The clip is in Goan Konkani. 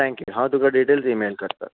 थँक्यू हांव तुका डिटेल्स इमेल करता येस बाय